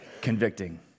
convicting